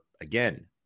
again